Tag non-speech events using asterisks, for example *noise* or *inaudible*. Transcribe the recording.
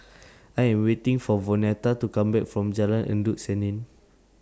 *noise* I Am waiting For Vonetta to Come Back from Jalan Endut Senin